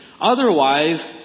Otherwise